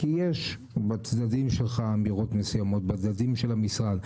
כי יש בצדדים שלך אמירות מסוימות בצדדים של המשרד,